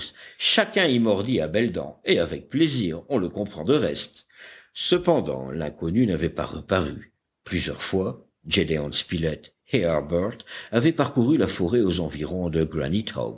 chacun y mordit à belles dents et avec quel plaisir on le comprend de reste cependant l'inconnu n'avait pas reparu plusieurs fois gédéon spilett et harbert avaient parcouru la forêt aux environs de